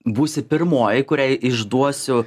būsi pirmoji kuriai išduosiu